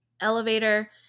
elevator